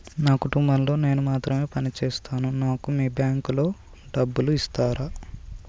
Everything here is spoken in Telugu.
నా కుటుంబం లో నేను మాత్రమే పని చేస్తాను నాకు మీ బ్యాంకు లో డబ్బులు ఇస్తరా?